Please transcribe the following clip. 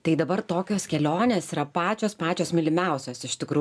tai dabar tokios kelionės yra pačios pačios mylimiausios iš tikrų